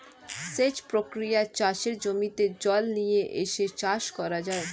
সেচ প্রক্রিয়ায় চাষের জমিতে জল নিয়ে এসে চাষ করা যায়